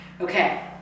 Okay